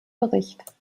bericht